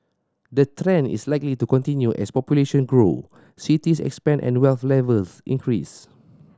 the trend is likely to continue as population grow cities expand and wealth levels increase